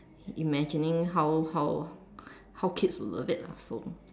imagining how how how kids will love it so